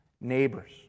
neighbors